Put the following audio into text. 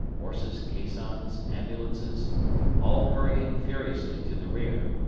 horses, caissons, ambulances all hurrying furiously to the rear.